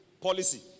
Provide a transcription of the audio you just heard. policy